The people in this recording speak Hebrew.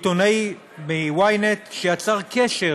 מעיתונאי מ-ynet, שיצר קשר